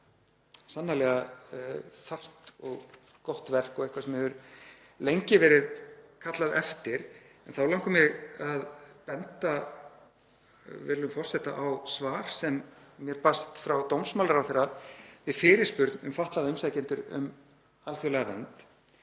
sannarlega þarft og gott verk og eitthvað sem hefur lengi verið kallað eftir, en þá langar mig að benda virðulegum forseta á svar sem mér barst frá dómsmálaráðherra við fyrirspurn um fatlaða umsækjendur um alþjóðlega vernd.